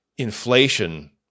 Inflation